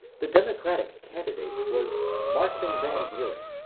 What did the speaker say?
the democratic candidate was martin van buren,